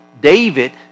David